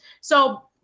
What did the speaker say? So-